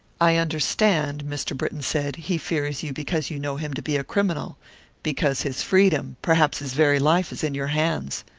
i understand, mr. britton said he fears you because you know him to be a criminal because his freedom perhaps his very life is in your hands.